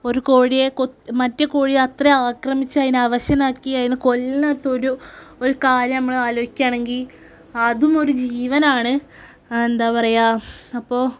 ഒരു കോഴിയെ മറ്റേ കോഴിയെ അത്രയും അക്രമിച്ച് അതിനെ അവശനാക്കി അതിനെ കൊല്ലണത്തൊരു ഒരു കാര്യം നമ്മള് ആലോചിക്കുകയാണെങ്കില് അതും ഒരു ജീവനാണ് എന്താ പറയുക അപ്പോള്